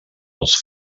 els